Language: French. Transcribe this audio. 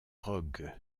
rogue